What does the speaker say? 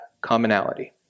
commonality